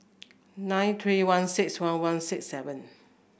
nine three one six one one six seven